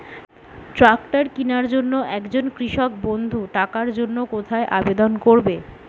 Tractor কিনার জন্য একজন কৃষক বন্ধু টাকার জন্য কোথায় আবেদন করবে?